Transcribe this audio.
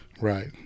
Right